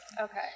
Okay